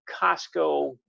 Costco